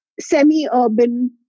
semi-urban